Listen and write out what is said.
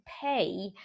pay